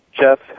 Jeff